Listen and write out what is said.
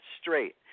straight